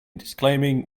disclaiming